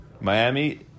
Miami